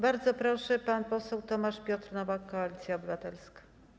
Bardzo proszę, pan poseł Tomasz Piotr Nowak, Koalicja Obywatelska.